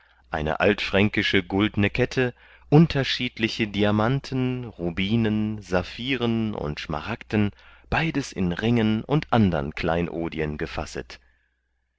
eine altfränkische guldne kette unterschiedliche diamanten rubinen saphiren und schmaragden beides in ringen und andern kleinodien gefasset